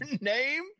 name